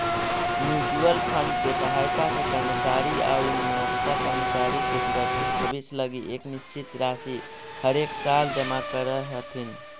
mutual fund के सहायता से कर्मचारी आउ नियोक्ता कर्मचारी के सुरक्षित भविष्य लगी एक निश्चित राशि हरेकसाल जमा करऽ हथिन